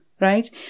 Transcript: right